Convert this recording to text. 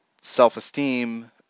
self-esteem